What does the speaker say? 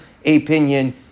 opinion